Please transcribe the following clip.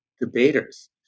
debaters